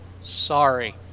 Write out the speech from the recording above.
sorry